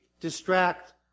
distract